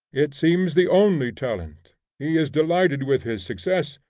it seems the only talent he is delighted with his success,